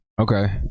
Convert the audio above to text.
Okay